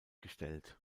gestellt